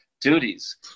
duties